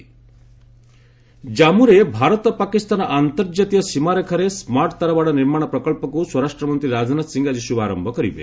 HM Jammu ଜାମ୍ପରେ ଭାରତ ପାକିସ୍ତାନ ଅନ୍ତର୍ଜାତୀୟ ସୀମାରେଖାରେ ସ୍ୱାର୍ଟ୍ ତାର ବାଡ଼ ନିର୍ମାଣ ପ୍ରକଳ୍ପକୁ ସ୍ୱରାଷ୍ଟ୍ର ମନ୍ତ୍ରୀ ରାଜନାଥ ସିଂହ ଆଜି ଶୁଭାରମ୍ଭ କରିବେ